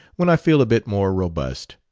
when i feel a bit more robust.